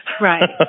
Right